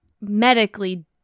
medically